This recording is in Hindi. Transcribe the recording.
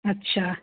अच्छा